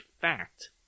fact